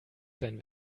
sein